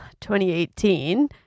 2018